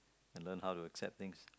and learn how to accept things